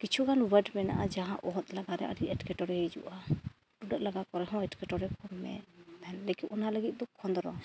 ᱠᱤᱪᱷᱩᱜᱟᱱ ᱚᱣᱟᱨᱰ ᱢᱮᱱᱟᱜᱼᱟ ᱡᱟᱦᱟᱸ ᱚᱦᱚᱫ ᱞᱟᱜᱟᱣ ᱨᱮ ᱟᱹᱰᱤ ᱮᱸᱴᱠᱮᱴᱚᱬᱮ ᱦᱤᱡᱩᱜᱼᱟ ᱴᱩᱰᱟᱹᱜ ᱞᱟᱜᱟᱣ ᱠᱚᱨᱮᱫ ᱦᱚᱸ ᱮᱸᱴᱠᱮᱴᱚᱬᱮ ᱠᱚ ᱢᱮᱱᱮᱫ ᱛᱟᱦᱮᱱ ᱞᱮᱠᱤᱱ ᱚᱱᱟ ᱞᱟᱹᱜᱤᱫ ᱫᱚ ᱠᱷᱚᱸᱫᱽᱨᱚᱱ